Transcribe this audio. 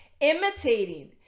Imitating